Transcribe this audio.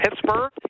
Pittsburgh